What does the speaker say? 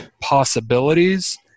possibilities